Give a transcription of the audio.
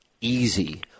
easy